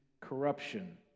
corruption